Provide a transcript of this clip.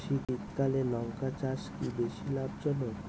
শীতকালে লঙ্কা চাষ কি বেশী লাভজনক?